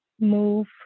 move